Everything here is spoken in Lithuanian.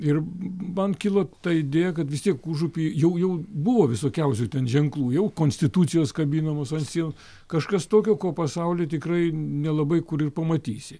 ir man kilo ta idėja kad vistiek užupy jau jau buvo visokiausių ten ženklų jau konstitucijos kabinamos ant sien kažkas tokio ko pasauly tikrai nelabai kur ir pamatysi